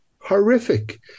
horrific